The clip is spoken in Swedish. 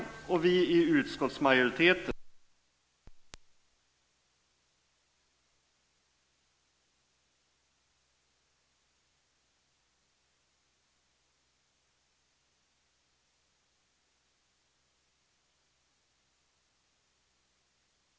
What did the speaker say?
Jag yrkar bifall till utskottets förslag och avslag på den moderata reservationen.